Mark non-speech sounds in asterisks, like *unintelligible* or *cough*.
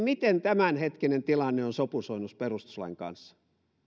*unintelligible* miten tämänhetkinen tilanne on sopusoinnussa perustuslain kanssa